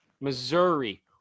Missouri